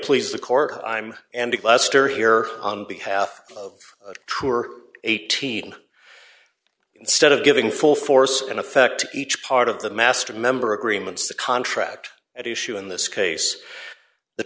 please the court i'm and lester here on behalf of true or eighteen instead of giving full force and effect each part of the master member agreements the contract at issue in this case the